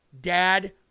Dad